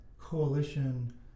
coalition